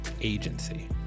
agency